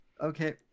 Okay